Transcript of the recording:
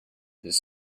this